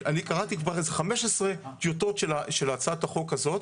אני קראתי כבר איזה 15 טיוטות של הצעת החוק הזאת,